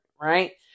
Right